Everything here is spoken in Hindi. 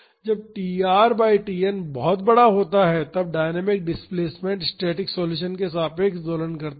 जब tr बाई Tn बड़ा होता है तब डायनामिक डिस्प्लेस्मेंट स्टैटिक सोल्युशन के सापेक्ष दोलन करता है